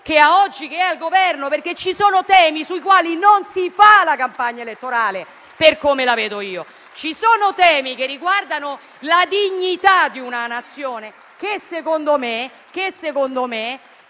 che ha oggi che è al Governo, perché ci sono temi sui quali non si fa la campagna elettorale, per come la vedo io. Ci sono temi che riguardano la dignità di una Nazione, che secondo me valgono un